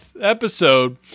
episode